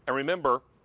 and remember,